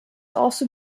also